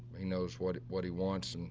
he knows what what he wants. and,